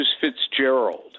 Fitzgerald